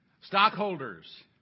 Stockholders